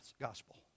gospel